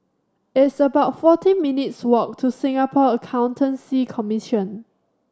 it's about forty minutes' walk to Singapore Accountancy Commission